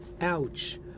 ouch